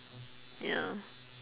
ya